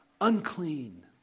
unclean